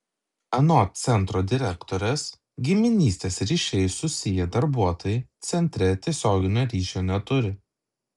anot centro direktorės giminystės ryšiais susiję darbuotojai centre tiesioginio ryšio neturi